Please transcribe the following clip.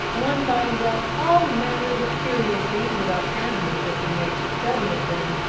one finds out all manners of curious things about animals if he makes a study of them.